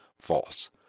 false